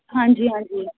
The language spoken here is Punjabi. ਹਾਂਜੀ ਹਾਂਜੀ